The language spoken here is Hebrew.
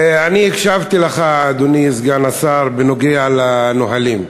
אני הקשבתי לך, אדוני סגן השר, בנוגע לנהלים.